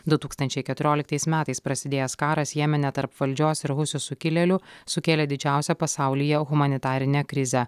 du tūkstančiai keturiolitais metais prasidėjęs karas jemene tarp valdžios ir husių sukilėlių sukėlė didžiausią pasaulyje humanitarinę krizę